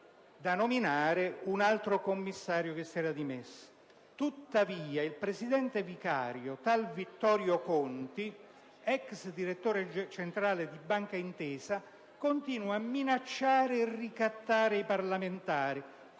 anche un altro commissario dimissionario. Tuttavia il presidente vicario, tal Vittorio Conti, ex direttore centrale di Banca Intesa, continua a minacciare e ricattare i parlamentari,